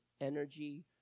energy